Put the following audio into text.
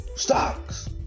Stocks